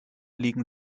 liegen